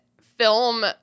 film